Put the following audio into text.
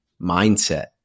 mindset